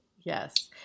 yes